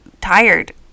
tired